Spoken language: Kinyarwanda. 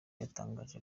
yatangaje